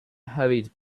hurried